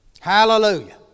Hallelujah